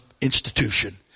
institution